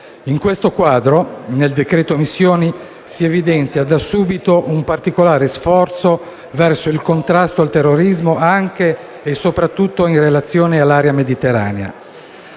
In questo quadro, nel decreto-legge missioni si evidenzia da subito un particolare sforzo verso il contrasto al terrorismo, anche e soprattutto in relazione all'area mediterranea.